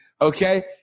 Okay